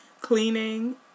cleaning